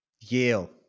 Yale